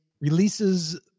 releases